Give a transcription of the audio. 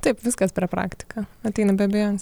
taip viskas per praktiką ateina be abejonės